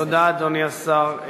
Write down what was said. תודה, אדוני השר.